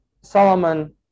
solomon